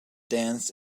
danced